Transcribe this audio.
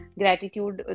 gratitude